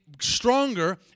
stronger